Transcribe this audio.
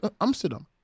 Amsterdam